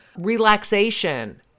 relaxation